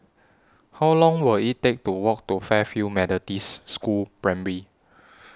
How Long Will IT Take to Walk to Fairfield Methodists School Primary